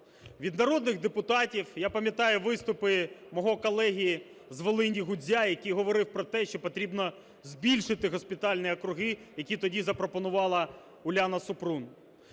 від народних депутатів… Я пам'ятаю виступи мого колеги з Волині Гузя, який говорив про те, що потрібно збільшити госпітальні округи, які тоді запропонувала Уляна Супрун